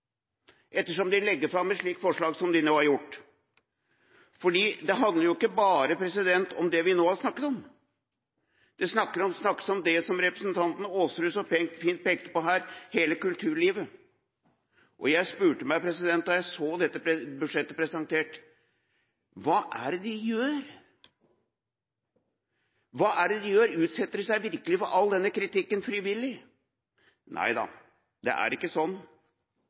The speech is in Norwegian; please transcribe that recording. ettersom de legger fram et slikt forslag som de nå har gjort? For dette handler ikke bare om det vi nå har snakket om. Det handler også om det som representanten Aasrud så fint pekte på: hele kulturlivet. Og jeg spurte meg selv da jeg så dette budsjettet presentert: Hva er det de gjør? Utsetter de virkelig seg selv for alle denne kritikken frivillig? Nei da, det er ikke sånn.